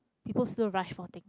people still rush for things